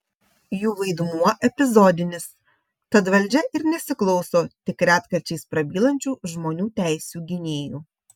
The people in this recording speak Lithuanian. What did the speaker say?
jų vaidmuo epizodinis tad valdžia ir nesiklauso tik retkarčiais prabylančių žmonių teisių gynėjų